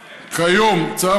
כיום, צו